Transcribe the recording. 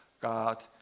God